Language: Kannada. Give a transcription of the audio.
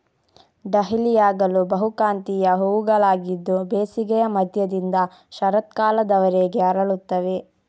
ಡಹ್ಲಿಯಾಗಳು ಬಹುಕಾಂತೀಯ ಹೂವುಗಳಾಗಿದ್ದು ಬೇಸಿಗೆಯ ಮಧ್ಯದಿಂದ ಶರತ್ಕಾಲದವರೆಗೆ ಅರಳುತ್ತವೆ